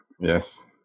Yes